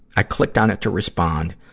i clicked on it to respond,